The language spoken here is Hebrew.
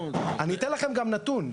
אני אתן לכם גם נתון.